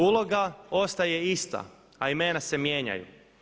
Uloga ostaje ista, a imena se mijenjaju.